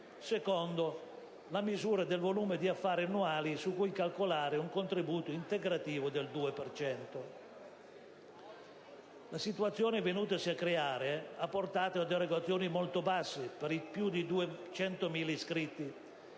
luogo, la misura del volume di affari annuale su cui calcolare un contributo integrativo del 2 per cento. La situazione venutasi a creare ha portato ad erogazioni molto basse per i più di 200.000 iscritti.